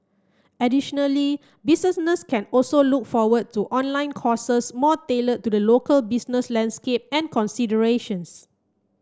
additionally businesses can also look forward to online courses more tailored to the local business landscape and considerations